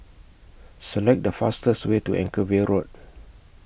Select The fastest Way to Anchorvale Road